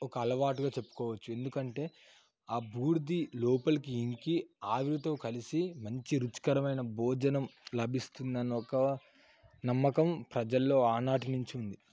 అలవాటుగా చెప్పుకోవచ్చు ఎందుకంటే ఆ బూడిద లోపలికి ఇంకి ఆవిరితో కలిసి మంచి రుచికరమైన భోజనం లభిస్తుందని ఒక నమ్మకం ప్రజల్లో ఆనాటినుంచుంది